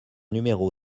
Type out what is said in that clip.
numéro